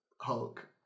Hulk